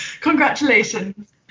Congratulations